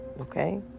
Okay